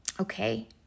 okay